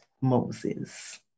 Moses